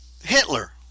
Hitler